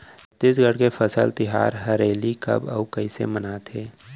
छत्तीसगढ़ के फसल तिहार हरेली कब अउ कइसे मनाथे?